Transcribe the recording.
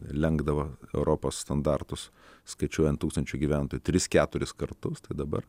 lenkdavo europos standartus skaičiuojant tūkstančiui gyventojų tris keturis kartus tai dabar